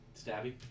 Stabby